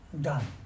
done